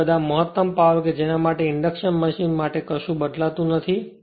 હવે બધા મહત્તમ પાવર કે જેના માટે ઇન્ડક્શન મશીન માટે શું બદલાતું નથી